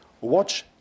watch